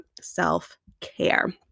self-care